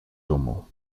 rommel